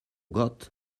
gott